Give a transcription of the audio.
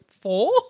four